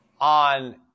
on